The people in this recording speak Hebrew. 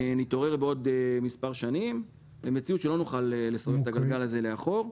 נתעורר בעוד מספר שנים למציאות שלא נוכל להחזיר את הגלגל הזה לאחור.